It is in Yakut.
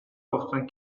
охсон